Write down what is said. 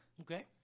Okay